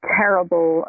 terrible